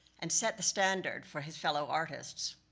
and set the standard for his fellow artists.